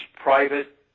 private